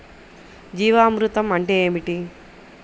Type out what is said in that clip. జీవామృతం అంటే ఏమిటి?